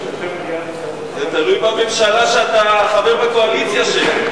זה תלוי בממשלה שאתה חבר בקואליציה שלה.